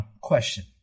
question